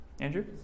Andrew